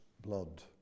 blood